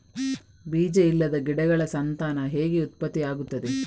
ಬೀಜ ಇಲ್ಲದ ಗಿಡಗಳ ಸಂತಾನ ಹೇಗೆ ಉತ್ಪತ್ತಿ ಆಗುತ್ತದೆ?